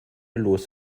los